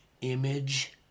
image